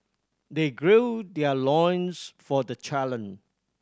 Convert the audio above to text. they gird their loins for the challenge